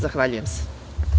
Zahvaljujem se.